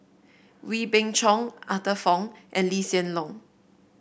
Wee Beng Chong Arthur Fong and Lee Hsien Loong